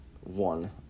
one